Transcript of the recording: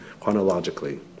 chronologically